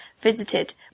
visited